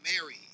Mary